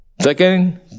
Second